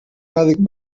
mèdic